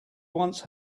once